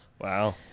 wow